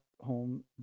home